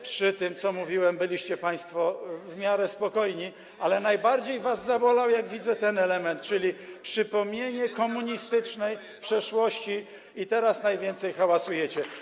przy tym, co mówiłem, byliście państwo w miarę spokojni, ale najbardziej was zabolał, jak widzę ten element, czyli przypomnienie komunistycznej przeszłości, i teraz najwięcej hałasujecie.